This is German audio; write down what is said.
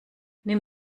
nimm